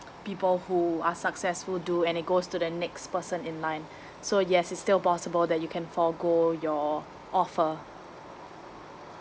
people who are successful do and it goes to the next person in line so yes it's still possible that you can forgo your offer